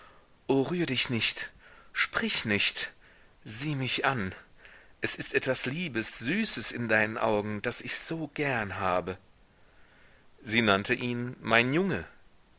rühr dich nicht sprich nicht sieh mich an es ist etwas liebes süßes in deinen augen das ich so gern habe sie nannte ihn mein junge